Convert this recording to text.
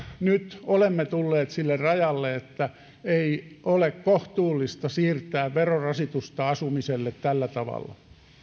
nyt olemme tulleet sille rajalle että ei ole kohtuullista siirtää verorasitusta asumiseen tällä tavalla